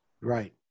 Right